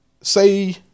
say